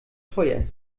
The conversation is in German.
teuer